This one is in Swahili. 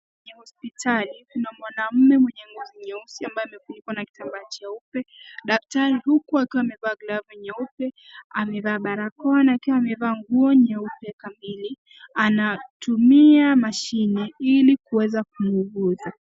Kwenye hospitali kuna mwanaume mwenye ngozi nyeusi ambaye amefunikwa kitambaa cheupe, daktari huku akiwa amevaa glavu nyeupe, amevaa barakoa, akiwa amevaa nguo nyeupe kamili, anatumia mashine ili kuweza kumuuguza.